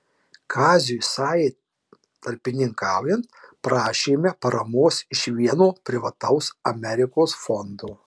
kaziui sajai tarpininkaujant prašėme paramos iš vieno privataus amerikos fondo